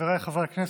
חבריי חברי הכנסת,